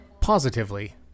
positively